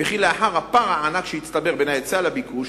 ושלאחר הפער הענק שהצטבר בין ההיצע לביקוש,